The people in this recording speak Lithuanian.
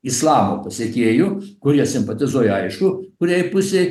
islamo pasekėjų kurie simpatizuoja aišku kuriai pusei